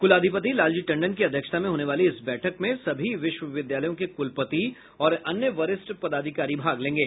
कुलाधिपति लालजी टंडन की अध्यक्षता में होने वाली इस बैठक में सभी विश्वविद्यालयों के कुलपति ओर अन्य वरिठ पदाधिकारी भाग लेंगे